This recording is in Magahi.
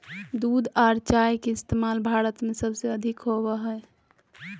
दूध आर चाय के इस्तमाल भारत में सबसे अधिक होवो हय